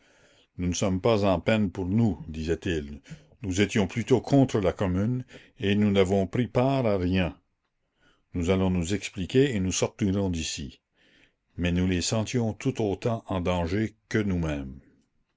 nous ne sommes pas en peine pour nous disaient-ils nous étions plutôt contre la commune et nous n'avons pris part à rien nous allons nous expliquer et nous sortirons d'ici mais nous les sentions tout autant en danger que nous-mêmes